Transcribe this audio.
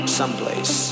someplace